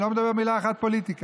אני לא מדבר מילה אחת פוליטיקה.